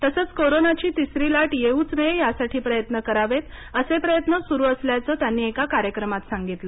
तसंचकोरोनाची तिसरी लाट येऊच नये यासाठी प्रयत्न करावेतअसे प्रयत्न सुरू असल्याचं त्यांनी एका कार्यक्रमात सांगितलं